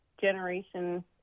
generation